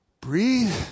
breathe